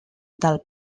del